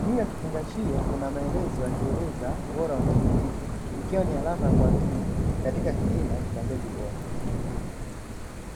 Juu ya kifungashio kunamaelezo yakieleza ubora wa mbegu hizi ikiwa ni alama ya kuamini katika kilimo cha mbegu bora.